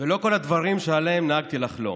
ולא כל הדברים שעליהם נהגתי לחלום,